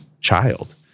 child